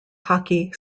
hockey